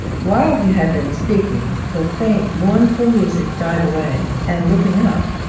while he had been speaking, the faint, mournful music died away, and, looking up,